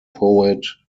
poet